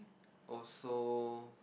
also